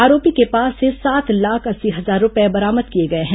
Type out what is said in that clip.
आरोपी के पास से सात लाख अस्सी हजार रूपये बरामद किया गया है